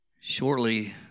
Shortly